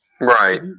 Right